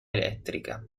elettrica